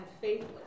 faithless